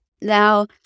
Now